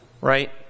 Right